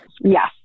Yes